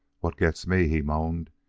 what gets me, he moaned,